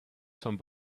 some